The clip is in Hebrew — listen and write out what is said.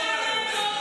השמאל.